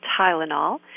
Tylenol